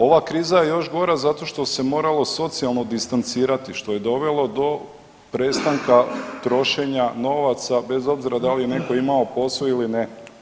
Ova kriza je još gora zato što se moralo socijalno distancirati, što je dovelo do prestanka trošenja novaca bez obzira da li je netko imao posao ili ne.